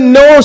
no